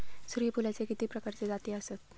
सूर्यफूलाचे किती प्रकारचे जाती आसत?